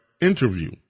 interview